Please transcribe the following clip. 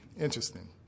Interesting